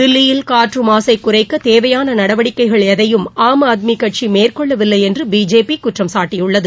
தில்லியில் காற்று மாசைக் குறைக்கத் தேவையான நடவடிக்கைகள் எதையும் ஆம் ஆத்மி கட்சி மேற்கொள்ளவில்லை என்று பிஜேபி குற்றம்சாட்டியுள்ளது